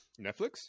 Netflix